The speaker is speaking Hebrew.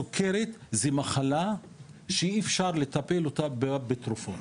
סוכרת היא מחלה שאי אפשר לטפל בה בתרופות,